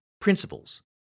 Principles